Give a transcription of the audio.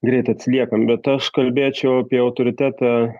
greit atsiliekam bet aš kalbėčiau apie autoritetą